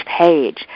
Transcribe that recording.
page